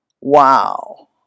Wow